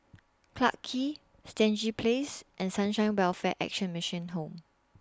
Clarke Quay Stangee Place and Sunshine Welfare Action Mission Home